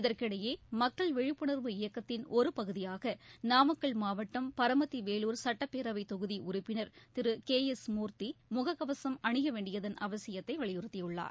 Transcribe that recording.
இதற்கிடையே மக்கள் விழிப்புணர்வு இயக்கத்தின் ஒரு பகுதியாக நாமக்கல் மாவட்டம் பரமத்தி வேலூர் சட்டப்பேரவை தொகுதி உறுப்பினர் திரு கே எஸ் மூர்த்தி முக கவசம் அணிய வேண்டியதன் அவசியத்தை வலியுறுத்தியுள்ளார்